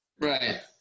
Right